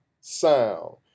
sound